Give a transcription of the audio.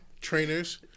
trainers